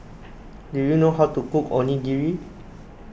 do you know how to cook Onigiri